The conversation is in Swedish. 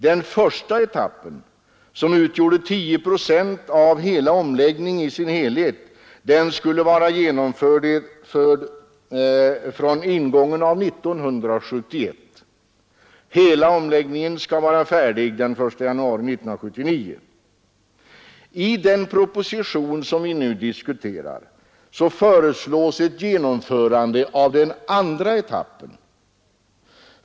Den första etappen, som utgjorde 10 procent av hela omläggningen, skulle genomföras från ingången av år 1971. Hela omläggningen skulle vara färdig den 1 januari 1979. I den proposition som vi nu diskuterar föreslås ett genomförande av den andra etappen.